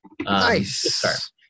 Nice